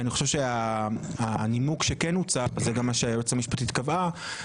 כי אני חושב שהנימוק שכן הוצג וזה גם מה שהיועצת המשפטית קבעה,